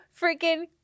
freaking